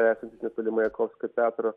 esantis netoli majakovskio teatro